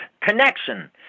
connection